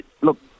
look